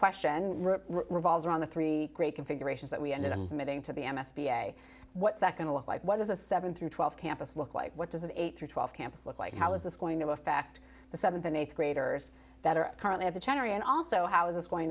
question revolves around the three great configurations that we ended up as meeting to the m s b a what's that going to look like what does a seven through twelve campus look like what does an eight through twelve campus look like how is this going to affect the seventh and eighth graders that are currently have a cherry and also how is this going